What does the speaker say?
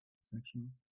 section